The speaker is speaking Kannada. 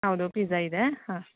ಹೌದು ಪಿಜ್ಜಾ ಇದೆ ಹಾಂ